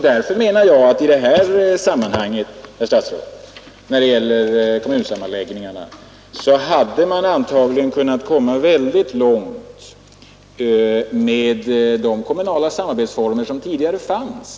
Därför menar jag, herr statsråd, att man när det gäller kommunsammanläggningarna antagligen hade kunnat komma mycket långt med de kommunala samarbetsformer som tidigare fanns.